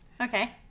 Okay